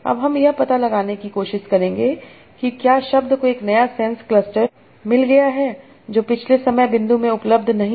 अब हम यह पता लगाने की कोशिश करेंगे कि क्या शब्द को एक नया सेंस क्लस्टर मिल गया है जो पिछले समय बिंदु में उपलब्ध नहीं था